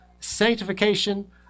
Sanctification